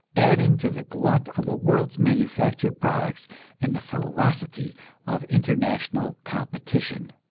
adding to the glut of the world's manufactured products and the ferocity of international competition!